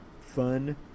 fun